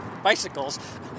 bicycles